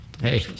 Hey